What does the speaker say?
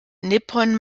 nippon